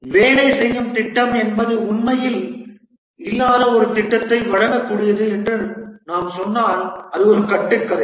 வேலை செய்யும் திட்டம் என்பது உண்மையில் இல்லாத ஒரு திட்டத்தை வழங்கக்கூடியது என்று நாம் சொன்னால் அது ஒரு கட்டுக்கதை